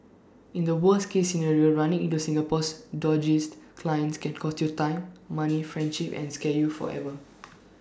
in the worst case scenario running into Singapore's dodgiest clients can cost you time money friendships and scar you forever